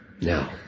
now